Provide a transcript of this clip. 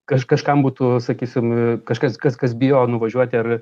kaž kažkam būtų sakysim kažkas kas kas bijo nuvažiuoti ar